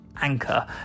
Anchor